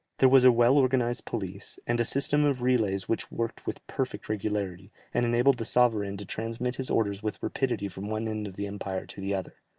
there was a well-organized police, and a system of relays which worked with perfect regularity, and enabled the sovereign to transmit his orders with rapidity from one end of the empire to the other.